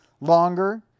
longer